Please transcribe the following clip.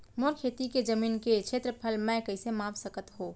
मोर खेती के जमीन के क्षेत्रफल मैं कइसे माप सकत हो?